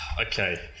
okay